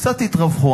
קצת תתרווחו.